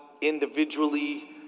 individually